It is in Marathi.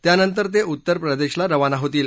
त्यानंतर ते उत्तर प्रदेशला रवाना होतील